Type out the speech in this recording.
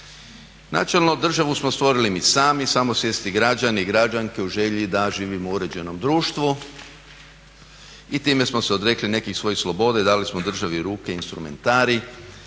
Načelno, državu smo stvorili mi sami, samosvjesni građani i građanke u želji da živimo u uređenom društvu i time smo se odrekli nekih svojih sloboda i dali smo državi u ruke instrumentarij